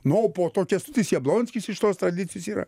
na o po to kęstutis jablonskis iš tos tradicijos yra